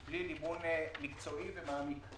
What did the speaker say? בלי ליבון מקצועי ומעמיק.